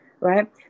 Right